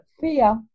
fear